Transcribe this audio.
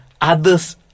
others